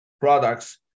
products